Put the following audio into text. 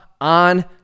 on